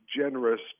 generous